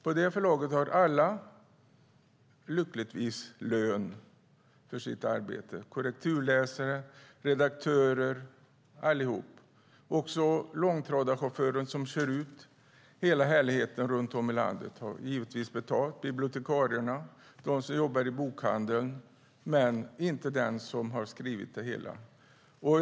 På det förlaget har alla lyckligtvis lön för sitt arbete - korrekturläsare, redaktörer och så vidare. Långtradarchauffören som kör ut hela härligheten i landet har givetvis betalt. Det gäller också bibliotekarierna och de som jobbar i bokhandeln - men inte den som har skrivit boken.